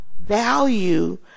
...value